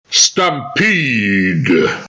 Stampede